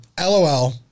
LOL